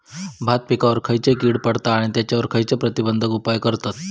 भात पिकांवर खैयची कीड पडता आणि त्यावर खैयचे प्रतिबंधक उपाय करतत?